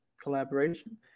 Collaboration